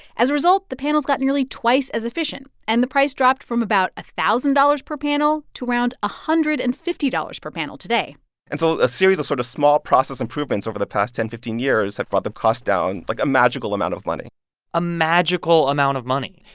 as a result, the panels got nearly twice as efficient, and the price dropped from about a thousand dollars per panel to around one hundred and fifty dollars per panel today and so a series of sort of small process improvements over the past ten, fifteen years have brought the cost down, like, a magical amount of money a magical amount of money.